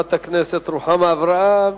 לחברת הכנסת רוחמה אברהם.